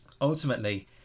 Ultimately